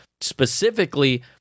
specifically